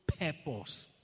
purpose